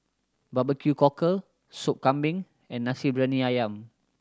Barbecue cockle Sop Kambing and Nasi Briyani Ayam